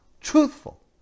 truthful